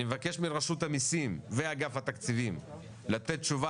אני מבקש מרשות המיסים ואגף תקציבים לתת תשובה